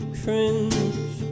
cringe